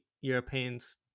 Europeans